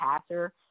passer